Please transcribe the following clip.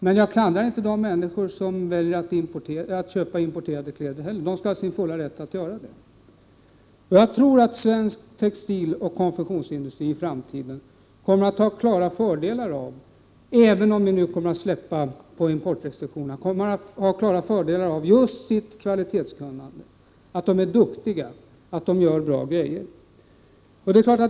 Men jag klandrar inte de människor som väljer att köpa importerade kläder. De skall ha sin fulla rätt att göra det. Jag tror att svensk textiloch konfektionsindustri i framtiden kommer att ha klara fördelar, även om vi nu släpper på importrestriktionerna, av just kvalitetskunnandet. Man är inom den duktig och gör bra grejor.